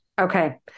Okay